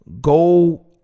Go